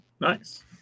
Nice